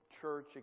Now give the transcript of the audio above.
church